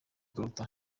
karuta